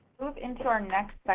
into our next